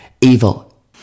evil